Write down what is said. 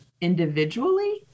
individually